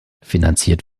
finanziert